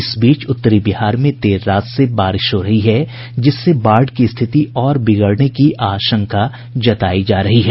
इस बीच उत्तरी बिहार में देर रात से बारिश हो रही जिससे बाढ़ की स्थिति और बिगड़ने की आशंका जतायी जा रही है